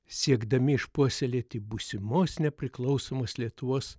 siekdami išpuoselėti būsimos nepriklausomos lietuvos